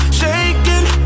shaking